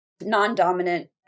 non-dominant